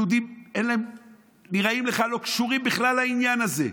יהודים שנראים לך לא קשורים בכלל לעניין הזה,